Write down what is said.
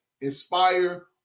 Inspire